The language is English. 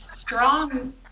strong